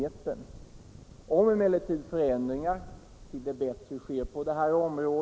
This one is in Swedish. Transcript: Det hela har skötts på ett sätt som vi tycker är just.